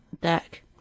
deck